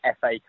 FA